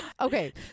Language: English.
Okay